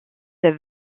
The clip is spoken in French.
est